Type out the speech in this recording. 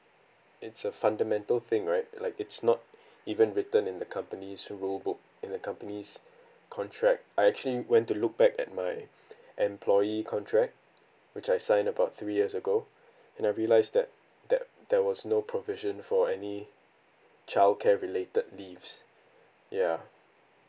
it's a fundamental thing right like it's not even written in the company's rule book in the company's contract I actually went to look back at my employee contract which I signed about three years ago and I realised that that there was no provision for any childcare related leaves ya